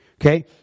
Okay